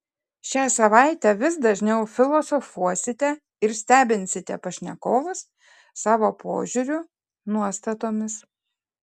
šią savaitę vis dažniau filosofuosite ir stebinsite pašnekovus savo požiūriu nuostatomis